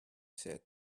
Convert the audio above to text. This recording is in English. said